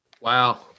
Wow